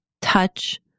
touch